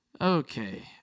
Okay